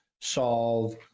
solve